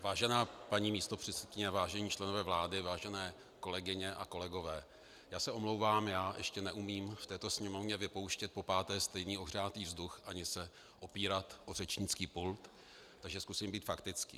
Vážená paní místopředsedkyně, vážení členové vlády, vážené kolegyně a kolegové, já se omlouvám, já ještě neumím v této Sněmovně vypouštět popáté stejný ohřátý vzduch ani se opírat o řečnický pult, takže zkusím být faktický.